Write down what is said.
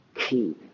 key